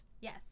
Yes